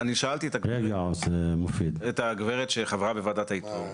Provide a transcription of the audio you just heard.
אני שאלתי את הגברת שחברה בוועדת האיתור,